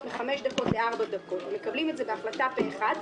מ-5 דקות ל-4 דקות ומקבלים את זה בהחלטה פה אחד,